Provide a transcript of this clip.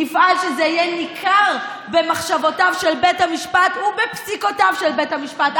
נפעל שזה יהיה ניכר במחשבותיו של בית המשפט ובפסיקותיו של בית המשפט.